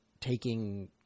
taking